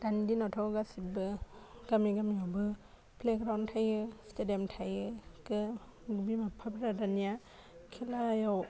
दानि दिनावथ' गासिबो गामि गामियावबो प्लेग्रावन थायो स्टेदियाम थायो गो बिमा बिफाफोरा दानिया खेलायाव